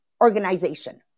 organization